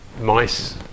mice